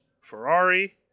Ferrari